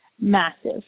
massive